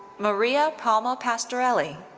maria palma pastorelli.